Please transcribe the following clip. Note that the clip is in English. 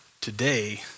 today